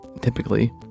typically